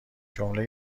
جمله